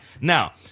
Now